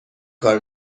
کار